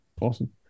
Awesome